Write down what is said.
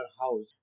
house